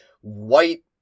white